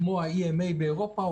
כמו ה-EMA באירופה,